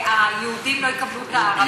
והיהודים לא יקבלו את הערבים?